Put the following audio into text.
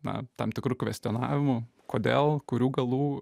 na tam tikru kvestionavimu kodėl kurių galų